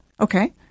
Okay